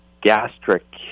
gastric